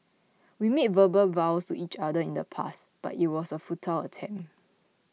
we made verbal vows to each other in the past but it was a futile attempt